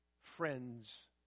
friends